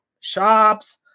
shops